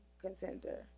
contender